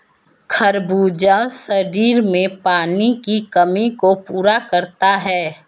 खरबूजा शरीर में पानी की कमी को पूरा करता है